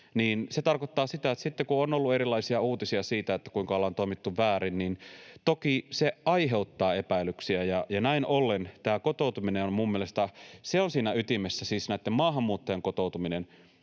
se tarkoittaa sitä, että sitten, kun on ollut erilaisia uutisia siitä, kuinka ollaan toimittu väärin, niin toki se aiheuttaa epäilyksiä, ja näin ollen tämä kotoutuminen on minun mielestäni siinä ytimessä, siis näiden maahanmuuttajien kotoutuminen,